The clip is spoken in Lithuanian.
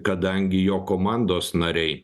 kadangi jo komandos nariai